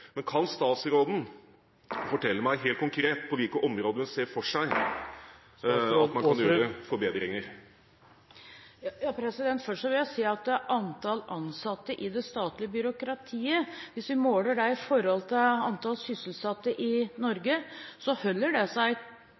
Kan statsråden fortelle meg helt konkret på hvilke områder hun ser for seg at man kan gjøre forbedringer? Først vil jeg si at antall ansatte i det statlige byråkratiet, hvis vi måler det mot antall sysselsatte i Norge, holder seg konstant på om lag 30 pst. Vi har hatt en ganske stor befolkningsvekst i Norge.